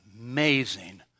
amazing